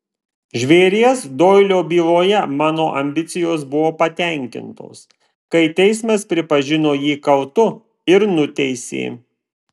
žvėries doilio byloje mano ambicijos buvo patenkintos kai teismas pripažino jį kaltu ir nuteisė